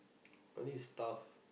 only stuff